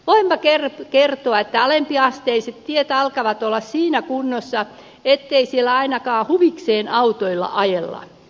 voimme kertoa että alempiasteiset tiet alkavat olla siinä kunnossa ettei siellä ainakaan huvikseen autoilla ajella